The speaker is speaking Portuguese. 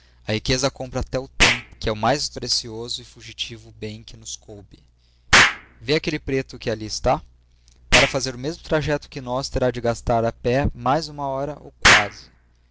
a riqueza compra até o tempo que é o mais precioso e fugitivo bem que nos coube vê aquele preto que ali está para fazer o mesmo trajeto que nós terá de gastar a pé mais uma hora ou quase